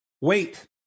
Wait